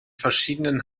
verschiedenen